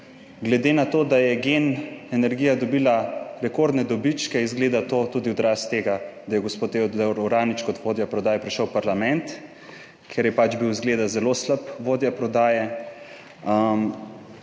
glede na to, da je GEN energija dobila rekordne dobičke, izgleda to tudi odraz tega, da je gospod Uranič kot vodja prodaje prišel v parlament, ker je bil zgleda zelo slab vodja prodaje.